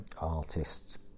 artists